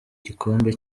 gikombe